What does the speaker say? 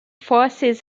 forces